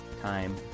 time